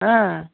हां